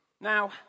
Now